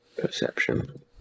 Perception